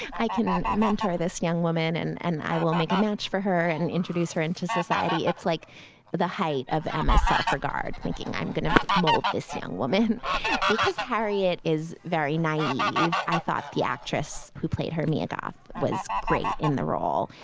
i can mentor this young woman and and i will make a match for her and introduce her into society. it's like the height of emma's self-regard, thinking, i'm going to mold this young woman because harriet is very naive. i thought the actress who played her me andoff was great in the role,